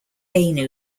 ainu